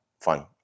fun